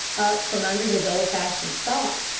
up from under his old-fashioned stock,